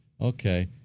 Okay